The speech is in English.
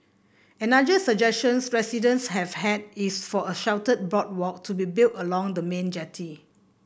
another suggestions residents have had is for a sheltered boardwalk to be built along the main jetty